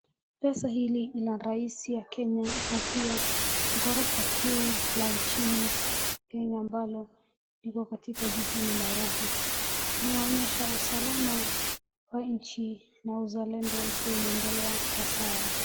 Pesa hili lina rais ya Kenya na pia ghorofa kuu la nchini Kenya ambalo liko katika jijini Nairobi. Linaonyesha usalama wa nchi na uzalendo wetu wa maendeleo uko sawa.